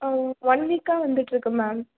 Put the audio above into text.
one வீக்காக வந்துவிட்டு இருக்கு மேம்